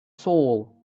soul